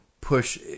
push